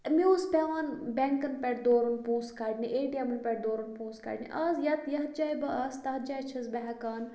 مےٚ اوس پیٚوان بیٚنٛکَن پٮ۪ٹھ دورُن پونٛسہٕ کَڑنہِ اے ٹی اٮ۪مَن پٮ۪ٹھ دورُن پونٛسہٕ کَڑنہِ اَز یَتھ یَتھ جایہِ بہٕ آسہٕ تَتھ جایہِ چھَس بہٕ ہیٚکان